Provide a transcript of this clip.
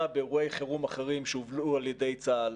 באירועי חירום אחרים שהובלו על ידי צה"ל,